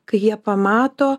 kai jie pamato